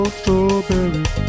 strawberries